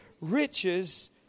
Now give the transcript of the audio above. riches